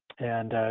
and